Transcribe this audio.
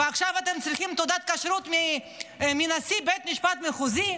ועכשיו אתם צריכים תעודת כשרות מנשיא בית המשפט המחוזי,